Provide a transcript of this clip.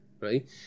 right